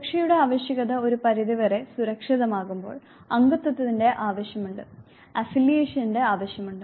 സുരക്ഷയുടെ ആവശ്യകത ഒരു പരിധിവരെ സുരക്ഷിതമാകുമ്പോൾ അംഗത്വത്തിന്റെ ആവശ്യമുണ്ട് അഫിലിയേഷന്റെ ആവശ്യമുണ്ട്